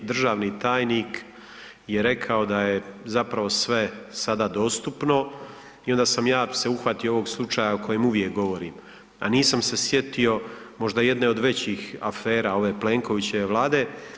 Državni tajnik je rekao da je zapravo sve sada dostupno i onda sam ja se uhvatio ovog slučaja o kojem uvijek govorim, a nisam se sjetio možda jedne od većih afera ove Plenkovićeve Vlade.